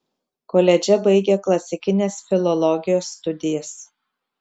koledže baigė klasikinės filologijos studijas